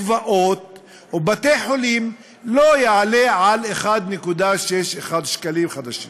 מקוואות ובתי-חולים לא יעלה על 1.61 שקל חדש,